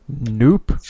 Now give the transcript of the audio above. Nope